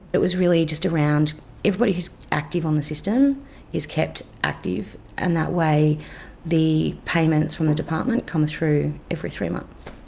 it was really just around everybody who's active on the system is kept active and that way the payments from the department come through every three months.